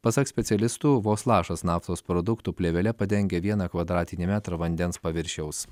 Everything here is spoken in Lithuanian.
pasak specialistų vos lašas naftos produktų plėvele padengia vieną kvadratinį metrą vandens paviršiaus